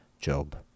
Job